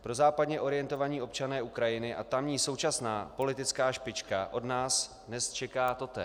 Prozápadně orientovaní občané Ukrajiny a tamní současná politická špička od nás dnes čekají totéž.